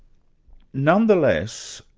nonetheless,